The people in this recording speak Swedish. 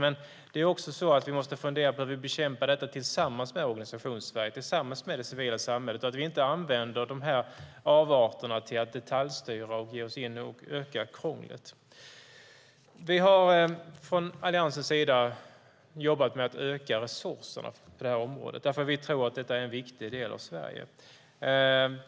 Men vi måste också fundera på hur vi bekämpar detta tillsammans med Organisationssverige och det civila samhället och inte använder de här avarterna till att detaljstyra och öka krånglet. Vi har från Alliansens sida jobbat med att öka resurserna på det här området, därför att vi tror att detta är en viktig del av Sverige.